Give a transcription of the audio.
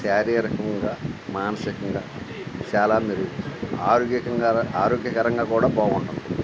శారీరకంగా మానసికంగా చాలా మెరు ఆరోగ్యకంగా ఆరోగ్యకరంగా కూడా బాగుంటుంది